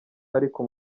ariko